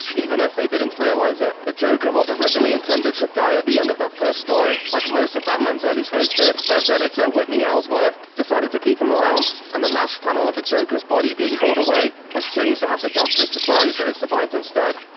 even if they didn't realize it. the joker was originally intended to die at the end of that first story, like most of batman's early foes did, but editor so whitney ellsworth decided to keep him around, and the last panel of the joker's body being hauled away was changed to have the doctors surprised that he'd survived instead.